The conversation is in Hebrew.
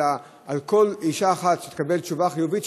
אלא על כל אישה אחת שתקבל תשובה חיובית,